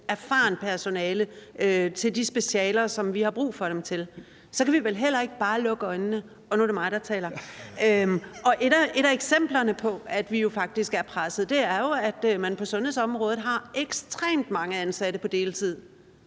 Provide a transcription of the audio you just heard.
erfarent personale til de specialer, som vi har brug for dem til, så kan vi vel heller ikke bare lukke øjnene. (Martin Geertsen (V) skal til at sige noget). Og nu er det mig, der taler. (Munterhed). Og et af eksemplerne på, at vi jo faktisk er presset, er, at man på sundhedsområdet har ekstremt mange ansatte på deltid,